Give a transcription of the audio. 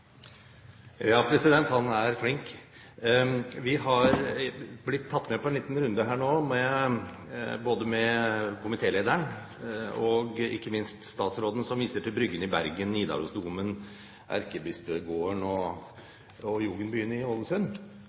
flink! Vi har blitt tatt med på en liten runde her nå både med komitélederen og ikke minst med statsråden, som viser til Bryggen i Bergen, Nidarosdomen, Erkebispegården og